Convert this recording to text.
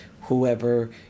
whoever